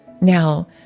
Now